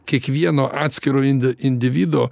kiekvieno atskiro indi individo